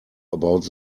about